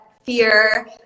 fear